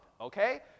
okay